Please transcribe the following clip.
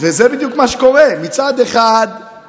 וזה בדיוק מה שקורה: מצד אחד מסנדלים,